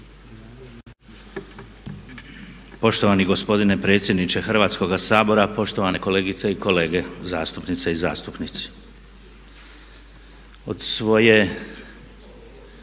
Poštovani gospodine predsjedniče Sabora. Poštovane kolegice i kolege. Najprije da izrazim